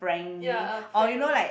ya a prank